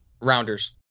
Rounders